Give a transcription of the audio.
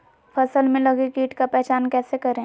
फ़सल में लगे किट का पहचान कैसे करे?